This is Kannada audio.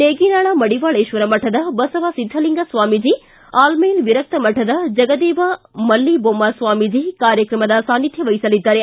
ನೇಗಿನಾಳ ಮಡಿವಾಳೇತ್ವರ ಮಠದ ಬಸವಸಿದ್ದಲಿಂಗ ಸ್ವಾಮೀಜಿ ಆಲಮೇಲ ವಿರಕ್ತ ಮಠದ ಜಗದೇವ ಮಲ್ಲಿಮೊಮ್ನ ಸ್ವಾಮೀಜಿ ಕಾರ್ಯಕ್ರಮದ ಸಾನ್ನಿಧ್ವವಹಿಸಲಿದ್ದಾರೆ